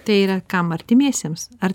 tai yra kam artimiesiems ar